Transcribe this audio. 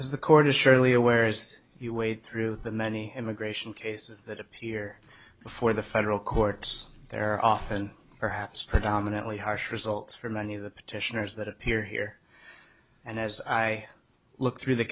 as the court is surely aware as you wade through the many immigration cases that appear before the federal courts there are often perhaps predominantly harsh results for many of the petitioners that appear here and as i look through the